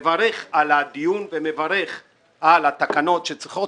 לכן אני מברך על הדיון ומברך על התקנות שצריכות